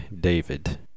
David